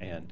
and